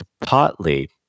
partly